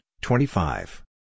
twenty-five